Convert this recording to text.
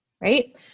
right